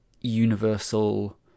universal